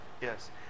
yes